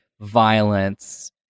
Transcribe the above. violence